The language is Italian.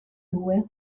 due